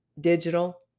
digital